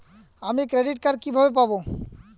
আমি credit card কিভাবে পাবো?